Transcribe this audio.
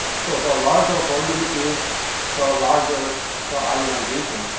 so, the larger volume means the larger the ionization.